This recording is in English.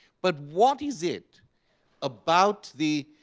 but what is it about the